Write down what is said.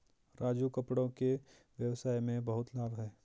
राजू कपड़ों के व्यवसाय में बहुत लाभ है